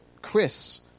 Chris